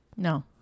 No